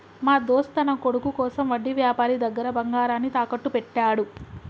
మా దోస్త్ తన కొడుకు కోసం వడ్డీ వ్యాపారి దగ్గర బంగారాన్ని తాకట్టు పెట్టాడు